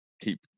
keep